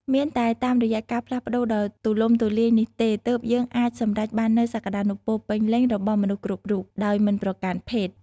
មានតែតាមរយៈការផ្លាស់ប្តូរដ៏ទូលំទូលាយនេះទេ ទើបយើងអាចសម្រេចបាននូវសក្តានុពលពេញលេញរបស់មនុស្សគ្រប់រូប ដោយមិនប្រកាន់ភេទ។